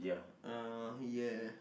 uh yeah